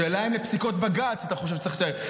השאלה היא אם לפסיקות בג"ץ אתה חושב שצריך לציית.